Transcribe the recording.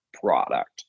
product